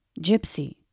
Gypsy